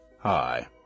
Hi